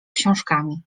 książkami